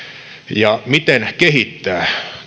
miten kehittää